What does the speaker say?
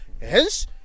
Hence